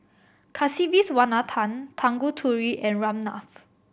Kasiviswanathan Tanguturi and Ramnath